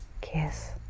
kiss